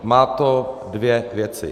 Má to dvě věci.